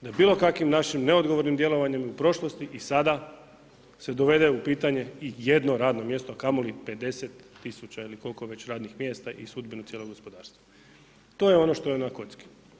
da bilo kakvim našim neodgovornim djelovanjem u prošlosti i sada se dovede u pitanje ijedno radno mjesto, a kamoli 50.000 ili koliko već radnih mjesta i sudbinu cijelog gospodarstva, to je ono što je na kocki.